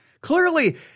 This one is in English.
Clearly